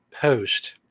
post